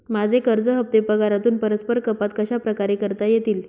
माझे कर्ज हफ्ते पगारातून परस्पर कपात कशाप्रकारे करता येतील?